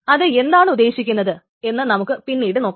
അത് എന്താണ് ഉദ്ദേശിക്കുന്നത് എന്ന് നമുക്ക് പിന്നീട് നോക്കാം